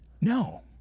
No